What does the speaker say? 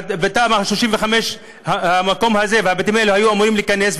בתמ"א 35 המקום הזה והבתים האלה היו אמורים להיכנס,